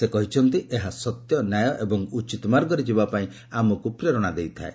ସେ କହିଛନ୍ତି ଏହା ସତ୍ୟ ନ୍ୟାୟ ଏବଂ ଉଚିତ ମାର୍ଗରେ ଯିବା ପାଇଁ ଆମକୁ ପ୍ରେରଣା ଦେଇଥାଏ